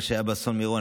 מה שהיה באסון מירון,